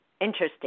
interesting